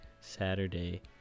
Saturday